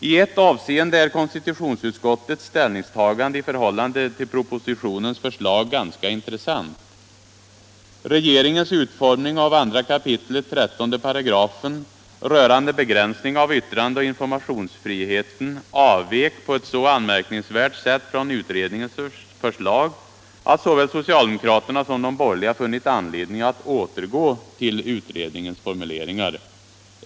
I ett avseende är konstitutionsutskottets ställningstagande i förhållande till propositionens förslag ganska intressant. Regeringens utformning av 2 kap. 13 § rörande begränsning av yttrandeoch informationsfriheten avvek på ett så anmärkningsvärt sätt från utredningens förslag att såväl socialdemokraterna som de borgerliga funnit anledning att återgå till utredningens formuleringar.